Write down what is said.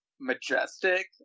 majestic